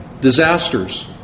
disasters